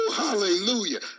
Hallelujah